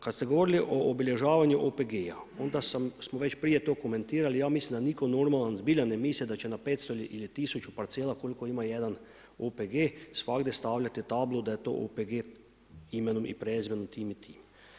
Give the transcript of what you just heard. Kada ste govorili o obilježavanju OPG-a onda smo već prije toga komentirali, ja mislim da niko normalan zbilja ne misli da će na 500 ili 1000 parcela koliko ima jedan OPG svagdje stavljati tablu da je OPG imenom i prezimenom tim i tim.